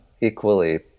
equally